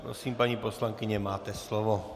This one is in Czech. Prosím, paní poslankyně, máte slovo.